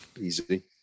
Easy